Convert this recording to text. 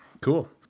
Cool